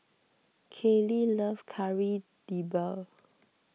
Kallie loves Kari Debal